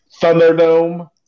Thunderdome